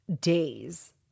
days